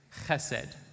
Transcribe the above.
Chesed